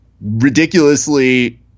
ridiculously